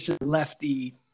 lefty